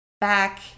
back